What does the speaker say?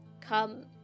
come